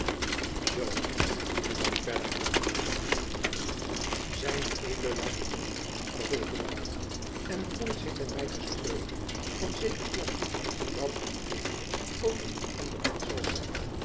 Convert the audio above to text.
zoo en wat verder vroeg buat zed laat u groeten vervolgde de barbier en voorts heeft hy my gesproken van zeker plan dat ued ook wel niet onbekend zal zijn